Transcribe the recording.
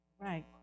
Right